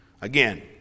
Again